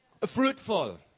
fruitful